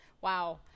Wow